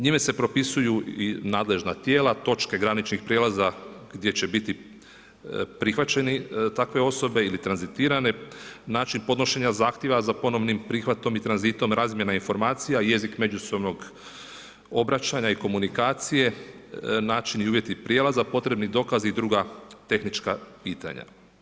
njime se propisuju i nadležna tijela, točke graničnih prijelaza gdje će biti prihvaćene takve osobe ili tranzitirane, način podnošenja zahtjeva za ponovnim prihvatom i tranzitom razmjena informacija, jezik međusobnog obraćanja i komunikacije, način i uvjeti prijelaza potrebni dokazi i druga tehnička pitanja.